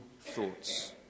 thoughts